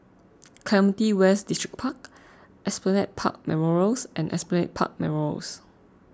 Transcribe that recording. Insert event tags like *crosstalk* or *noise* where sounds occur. *noise* Clementi West Distripark Esplanade Park Memorials and Esplanade Park Memorials